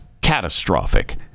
catastrophic